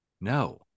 No